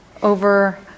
over